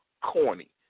corny